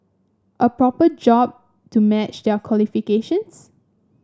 a proper job to match their qualifications